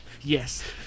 Yes